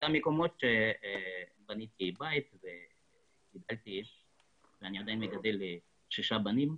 אותם מקומות בהם בניתי בית ואני עדיין מגדל שישה בנים.